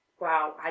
wow